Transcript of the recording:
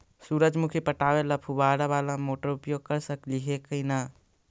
सुरजमुखी पटावे ल फुबारा बाला मोटर उपयोग कर सकली हे की न?